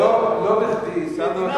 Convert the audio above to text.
אתה יכול לדבר ככה פה.